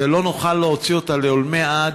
ולא נוכל להוציא אותה לעולמי עד,